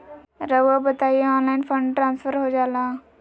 रहुआ बताइए online fund transfer हो जाला?